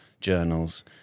journals